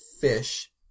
fish